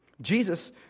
Jesus